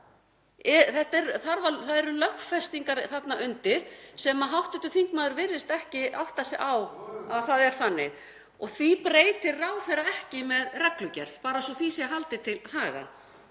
það eru lögfestingar þarna undir en hv. þingmaður virðist ekki átta sig á (EÁ: Jú, jú.) að það er þannig og því breytir ráðherra ekki með reglugerð, bara svo því sé haldið til haga.